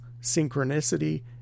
Synchronicity